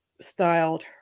styled